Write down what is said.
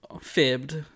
fibbed